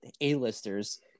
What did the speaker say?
A-listers